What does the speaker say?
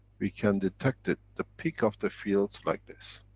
we can detect it, the peak of the fields like this.